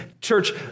church